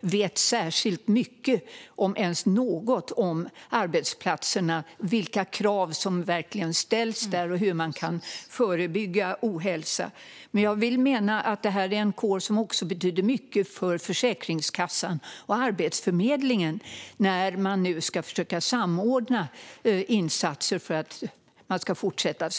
vet särskilt mycket, om ens något, om hur det är på arbetsplatserna med vilka krav som ställs och hur man kan förebygga ohälsa. Jag vill mena att det är en kår som också betyder mycket för Försäkringskassan och Arbetsförmedlingen när man nu ska försöka samordna insatser för att människor ska fortsätta att arbeta.